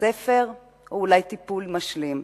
ספר או אולי טיפול משלים?